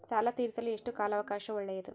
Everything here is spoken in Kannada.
ಸಾಲ ತೇರಿಸಲು ಎಷ್ಟು ಕಾಲ ಅವಕಾಶ ಒಳ್ಳೆಯದು?